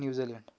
New Zealand